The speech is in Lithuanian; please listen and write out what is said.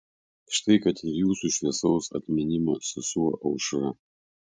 štai kad ir jūsų šviesaus atminimo sesuo aušra